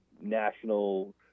national